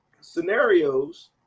scenarios